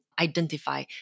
identify